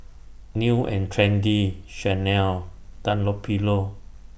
New and Trendy Chanel Dunlopillo